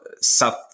South